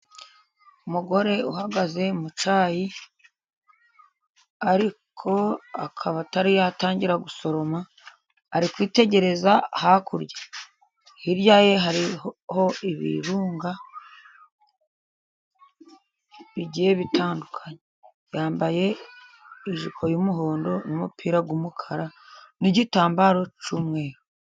Umugore uhagaze mu cyayi ariko akaba atari yatangira gusoroma, ari kwitegereza hakurya. Hirya ye hari ibirunga bigiye bitandukanye, yambaye ijipo y'umuhondo n'umupira w'umukara n'igitambaro cy'umweru.